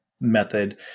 method